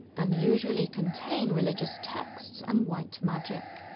and usually contain religious texts and white magic.